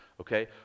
okay